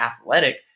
athletic